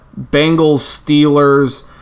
Bengals-Steelers